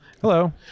Hello